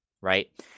right